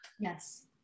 yes